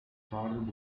started